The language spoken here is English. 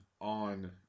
on